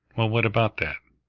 well, what about that?